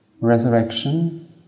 resurrection